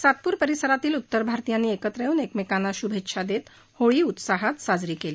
सातप्र परिसरातील उत्तर भारतीयांनी एकत्र येऊन एकमेकांना शुभेच्छा देत होळी मोठ्या उत्साहात साजरी केली